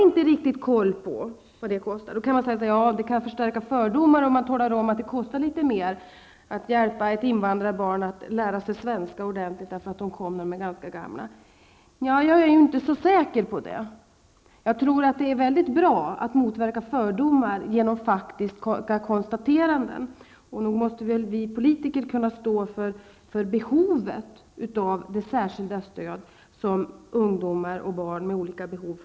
Då kan det sägas att det kan förstärka fördomar, om man talar om att det kostar litet mer att hjälpa invandrarbarn, som kommit hit när de är ganska gamla, att lära sig svenska ordentligt. Jag är inte så säker på det. Jag tror att det är väldigt bra att motverka fördomar genom faktiska konstateranden. Nog måste väl vi politiker kunna stå upp för särskilt stöd till ungdomar och barn med olika behov.